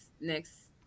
next